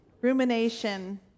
rumination